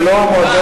זה לא מועדון,